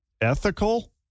ethical